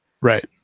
Right